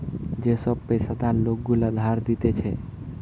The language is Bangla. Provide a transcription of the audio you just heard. যে সব পেশাদার লোক গুলা ধার দিতেছে